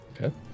Okay